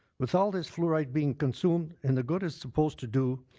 with all this fluoride being consumed and the good it's supposed to do,